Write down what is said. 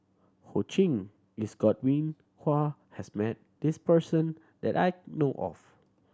Ho Ching Godwin Koay has met this person that I know of